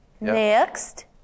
Next